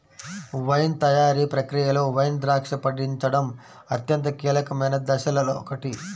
wine తయారీ ప్రక్రియలో wine ద్రాక్ష పండించడం అత్యంత కీలకమైన దశలలో ఒకటి